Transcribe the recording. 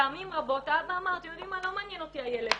פעמים רבות האבא אמר "לא מעניין אותי הילד,